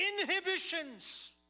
inhibitions